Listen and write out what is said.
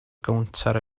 gownter